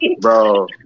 Bro